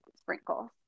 sprinkles